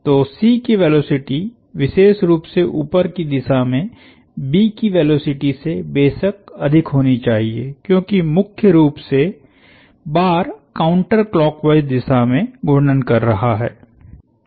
तो C की velocity विशेष रूप से ऊपर की दिशा में B की वेलोसिटी से बेशक अधिक होनी चाहिए क्योंकि मुख्य रूप से बार काउंटर क्लॉकवाइस दिशा में घूर्णन कर रहा है